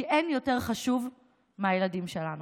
כי אין דבר יותר חשוב מהילדים שלנו.